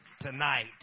tonight